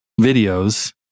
videos